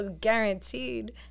guaranteed